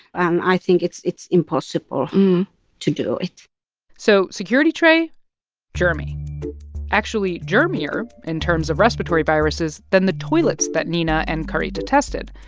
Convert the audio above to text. um i think it's it's impossible to do it so security tray germy actually, germier in terms of respiratory viruses than the toilets that niina and carita tested.